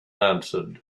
answered